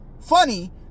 funny